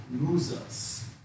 losers